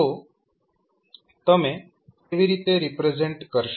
તો તમે કેવી રીતે રિપ્રેઝેન્ટ કરશો